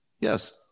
Yes